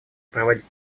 проводить